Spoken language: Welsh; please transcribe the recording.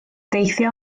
deithio